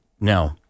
No